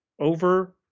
over